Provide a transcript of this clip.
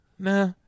Nah